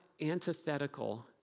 antithetical